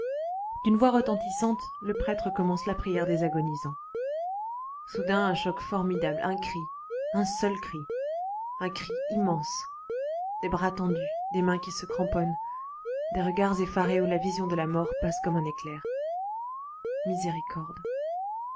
d'une voix retentissante le prêtre commence la prière des agonisants soudain un choc formidable un cri un seul cri un cri immense des bras tendus des mains qui se cramponnent des regards effarés où la vision de la mort passe comme un éclair miséricorde